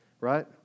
Right